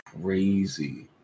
crazy